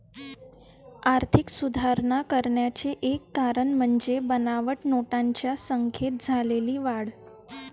आर्थिक सुधारणा करण्याचे एक कारण म्हणजे बनावट नोटांच्या संख्येत झालेली वाढ